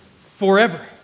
forever